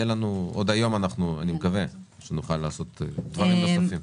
אני מקווה שעוד היום נוכל לעשות דברים נוספים.